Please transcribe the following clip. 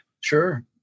Sure